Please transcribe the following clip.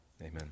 amen